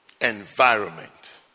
environment